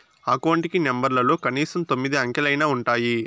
account కి నెంబర్లలో కనీసం తొమ్మిది అంకెలైనా ఉంటాయి